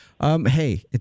Hey